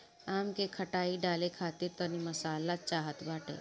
आम के खटाई डाले खातिर तनी मसाला चाहत बाटे